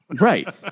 right